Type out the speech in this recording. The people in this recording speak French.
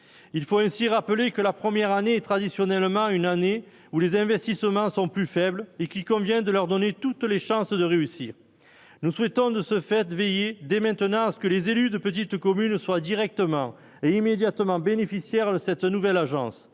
il faut ainsi rappelé que la première année est traditionnellement une année où les investissements sont plus faibles et qu'il convient de leur donner toutes les chances de réussir, nous souhaitons, de ce fait veiller dès maintenant à ce que les élus de petites communes soit directement et immédiatement bénéficiaires cette nouvelle agence